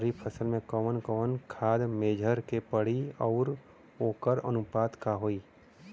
खरीफ फसल में कवन कवन खाद्य मेझर के पड़ी अउर वोकर अनुपात का होई?